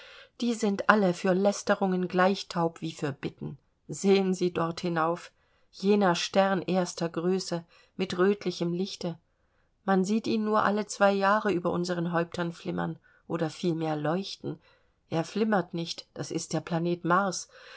die sind alle für lästerungen gleich taub wie für bitten sehen sie dort hinauf jener stern erster größe mit rötlichem lichte man sieht ihn nur alle zwei jahre über unseren häuptern flimmern oder vielmehr leuchten er flimmert nicht das ist der planet mars